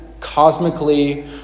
cosmically